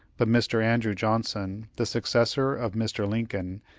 but mr. andrew johnson, the successor of mr. lincoln,